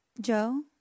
Joe